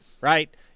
right